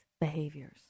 behaviors